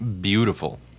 Beautiful